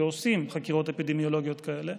ועושים חקירות אפידמיולוגיות כאלה,